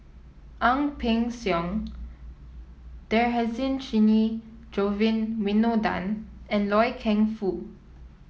Ang Peng Siong Dhershini Govin Winodan and Loy Keng Foo